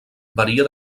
varia